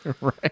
Right